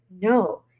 no